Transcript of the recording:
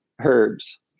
herbs